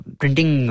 printing